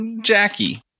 Jackie